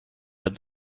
that